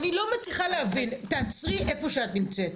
אני לא מצליחה להבין, תעצרי איפה שאת נמצאת.